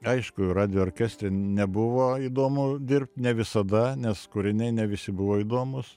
aišku radijo orkestre nebuvo įdomu dirbt ne visada nes kūriniai ne visi buvo įdomūs